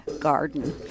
garden